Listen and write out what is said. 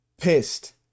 pissed